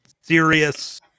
serious